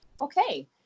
okay